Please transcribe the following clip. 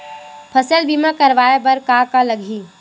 फसल बीमा करवाय बर का का लगही?